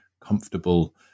comfortable